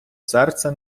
серце